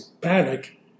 panic